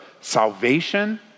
salvation